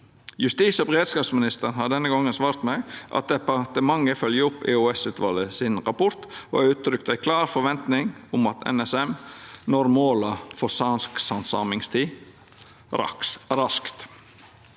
Justis- og beredskapsministeren har denne gongen svart meg at departementet følgjer opp EOS-utvalet sin rapport, og har uttrykt ei klar forventning om at NSM når måla for sakshandsamingstid raskt.